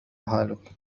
حالك